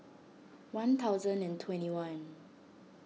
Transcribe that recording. one thousand and twenty one